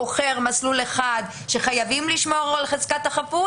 בוחר מסלול אחד שחייבים לשמור לו על חזקת החפות